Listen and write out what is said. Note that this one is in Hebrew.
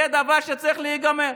זה דבר שצריך להיגמר.